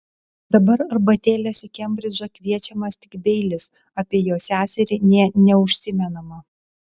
dabar arbatėlės į kembridžą kviečiamas tik beilis apie jo seserį nė neužsimenama